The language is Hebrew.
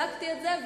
בדקתי את זה,